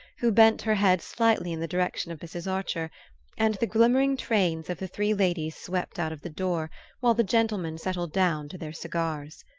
who bent her head slightly in the direction of mrs. archer and the glimmering trains of the three ladies swept out of the door while the gentlemen settled down to their cigars.